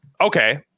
okay